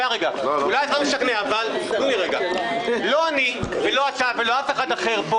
אבל לא אני ולא אתה ולא אף אחד אחר פה